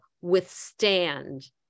withstand